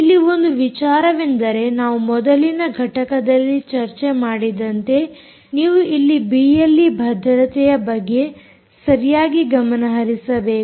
ಇಲ್ಲಿ ಒಂದು ವಿಚಾರವೆಂದರೆ ನಾವು ಮೊದಲಿನ ಘಟಕದಲ್ಲಿ ಚರ್ಚೆ ಮಾಡಿದಂತೆ ನೀವು ಇಲ್ಲಿ ಬಿಎಲ್ಈ ಭದ್ರತೆಯ ಬಗ್ಗೆ ಸರಿಯಾಗಿ ಗಮನಹರಿಸಬೇಕು